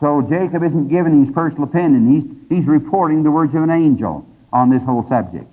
so jacob isn't giving his personal opinion, he's he's reporting the words of an angel on this whole subject.